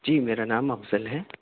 جی میرا نام افضل ہے